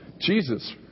Jesus